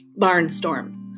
Barnstorm